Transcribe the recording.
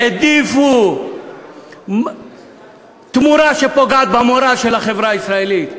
העדיפו תמורה שפוגעת במורל של החברה הישראלית,